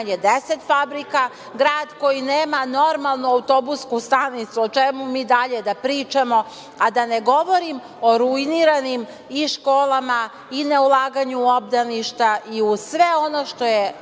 fabrika, grad koji nema normalnu autobusku stanicu. O čemu mi dalje da pričamo, a da ne govorim o ruiniranim školama, ne ulaganju u obdaništa, i u sve ono što je